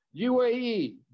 UAE